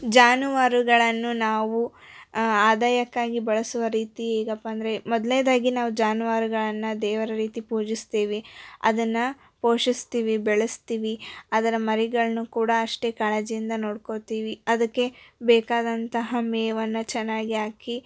ಜಾನುವಾರುಗಳನ್ನು ನಾವು ಆದಾಯಕ್ಕಾಗಿ ಬಳಸುವ ರೀತಿ ಹೇಗಪ್ಪ ಅಂದರೆ ಮೊದ್ಲ್ನೇದಾಗಿ ನಾವು ಜಾನುವಾರುಗಳನ್ನು ದೇವರ ರೀತಿ ಪೂಜಿಸ್ತೀವಿ ಅದನ್ನು ಪೋಷಿಸ್ತೀವಿ ಬೆಳೆಸ್ತೀವಿ ಅದರ ಮರಿಗಳನ್ನೂ ಕೂಡ ಅಷ್ಟೇ ಕಾಳಜಿಯಿಂದ ನೋಡ್ಕೊತೀವಿ ಅದಕ್ಕೆ ಬೇಕಾದಂತಹ ಮೇವನ್ನು ಚೆನ್ನಾಗಿ ಹಾಕಿ